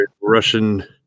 russian